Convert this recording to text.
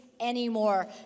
anymore